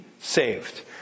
saved